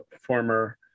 former